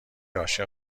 عاشق